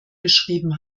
beschrieben